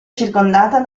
circondata